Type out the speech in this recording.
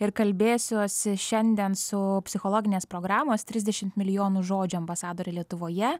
ir kalbėsiuosi šiandien su psichologinės programos trisdešim milijonų žodžių ambasadore lietuvoje